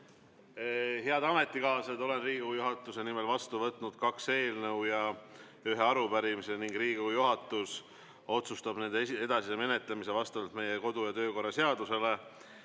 Head ametikaaslased! Olen Riigikogu juhatuse nimel vastu võtnud kaks eelnõu ja ühe arupärimise ning Riigikogu juhatus otsustab nende edasise menetlemise vastavalt meie kodu‑ ja töökorra seadusele.